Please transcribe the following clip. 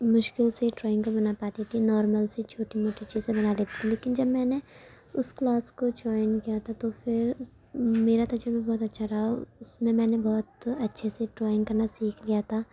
مشکل سے ڈرائنگ بنا پاتی تھی نارمل سی چھوٹی موٹی چیزیں بنا لیتی تھی لیکن جب میں نے اس کلاس کو جوائن کیا تھا تو پھر میرا تجربہ بہت اچھا رہا اس میں نے بہت اچھے سے ڈرائنگ کرنا سیکھ لیا تھا